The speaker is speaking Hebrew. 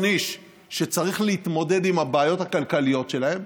איש שצריך להתמודד עם הבעיות הכלכליות שלהם,